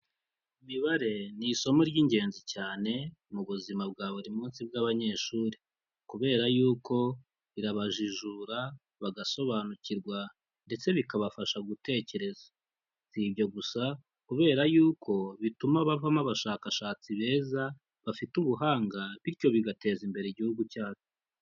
Imibare ni isomo ry'ingenzi cyane mu buzima bwa buri munsi bw'abanyeshuri, kubera yuko rirabajijura bagasobanukirwa ndetse bikabafasha gutekereza, si ibyo gusa kubera yuko bituma bavamo abashakashatsi beza bafite ubuhanga, bityo bigateza imbere igihugu cyacu.